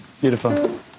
Beautiful